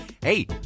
hey